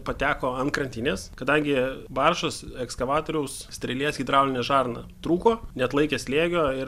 pateko ant krantinės kadangi baržos ekskavatoriaus strėlės hidraulinė žarna trūko neatlaikė slėgio ir